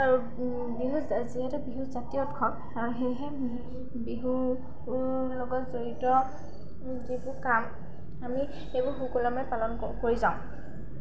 আৰু বিহু যিহেতু বিহু জাতীয় উৎসৱ আৰু সেয়েহে বিহুৰ লগত জড়িত যিবোৰ কাম আমি সেইবোৰ সুকলমে পালন কৰি যাওঁ